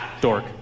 Dork